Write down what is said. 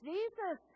Jesus